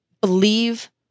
believe